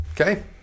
Okay